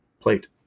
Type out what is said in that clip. plate